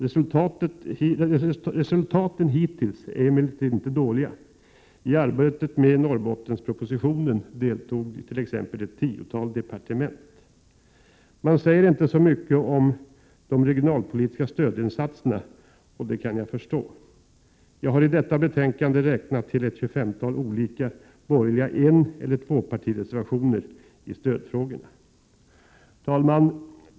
Resultaten hittills är emellertid inte dåliga. I arbetet med Norrbottenspropositionen deltog t.ex. ett tiotal departement. Man säger inte så mycket om de regionalpolitiska stödinsatserna, och det kan jag förstå. Jag har i detta betänkande räknat till ett 25-tal olika borgerliga eneller tvåpartireservationer i stödfrågorna. Herr talman!